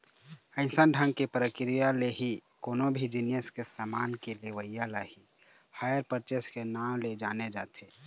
अइसन ढंग के प्रक्रिया ले ही कोनो भी जिनिस के समान के लेवई ल ही हायर परचेस के नांव ले जाने जाथे